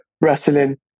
wrestling